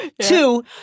Two